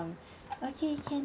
okay can